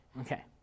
Okay